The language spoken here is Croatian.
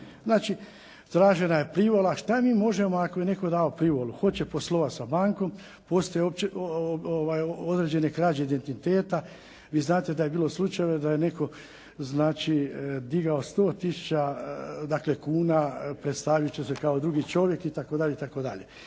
ranije. Tražena je privola. Što mi možemo ako je netko dao privolu? Hoće poslovati sa bankom, postoje određene krađe identiteta. Vi znate da je bio slučajeva da je netko digao 100 tisuća kuna, predstavit će se kao drugi čovjek itd.